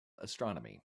astronomy